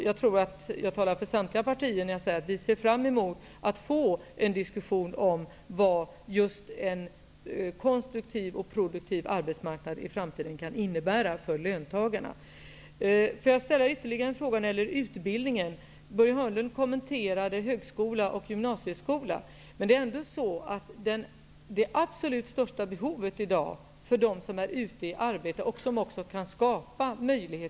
Jag tror att jag talar för samtliga partier när jag säger att vi ser fram emot att få en diskussion om vad en konstruktiv och produktiv arbetsmarknad i framtiden kan innebära för löntagarna. Jag vill sedan ställa ytterligare en fråga om utbildningen. Börje Hörnlund hade kommentarer beträffande gymnasieskolan och högskolan. Men det absolut största behovet i dag för dem som är ute i arbete är en arbetsplatsanknuten utbildning.